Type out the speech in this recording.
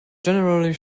generally